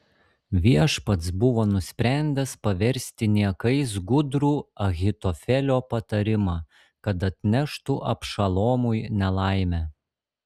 viešpats buvo nusprendęs paversti niekais gudrų ahitofelio patarimą kad atneštų abšalomui nelaimę